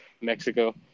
Mexico